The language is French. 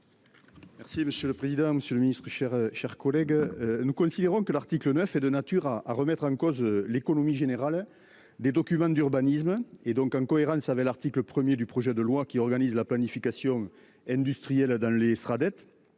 Merci monsieur le président, Monsieur le Ministre, chers chers collègues. Nous considérons que l'article 9 est de nature à remettre en cause l'économie générale des documents d'urbanisme et donc, en cohérence avec l'article 1er du projet de loi qui organise la planification industrielle dans les sera